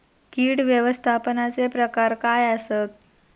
कीड व्यवस्थापनाचे प्रकार काय आसत?